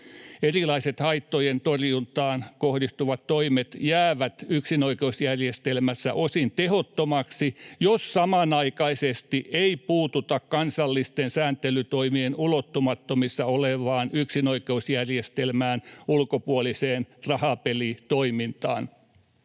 Erilaiset haittojen torjuntaan kohdistuvat toimet jäävät yksinoikeusjärjestelmässä osin tehottomiksi, jos samanaikaisesti ei puututa kansallisten sääntelytoimien ulottumattomissa olevaan yksinoikeusjärjestelmän ulkopuoliseen rahapelitoimintaan.”